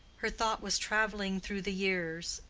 her thought was traveling through the years,